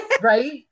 right